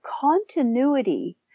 continuity